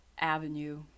avenue